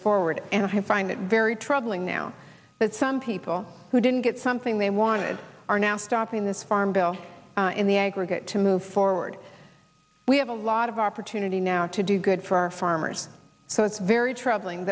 forward and i find it very troubling now that some people who didn't get something they wanted are now stopping this farm bill in the aggregate to move forward we have a lot of opportunity now to do good for our farmers so it's very troubling